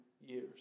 years